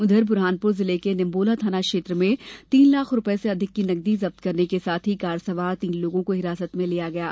उधर बुरहानपुर जिले के निम्बोला थाना क्षेत्र में तीन लाख रुपये से अधिक की नकदी जब्त करने के साथ ही कार सवार तीन लोगों को हिरासत में लिया गया है